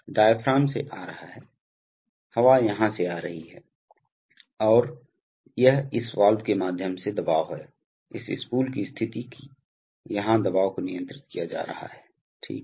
diaphragm से आ रहा है हवा यहाँ से आ रही है और यह इस वाल्व के माध्यम से दबाव है इस स्पूल की स्थिति कि यहाँ दबाव को नियंत्रित किया जा रहा है ठीक है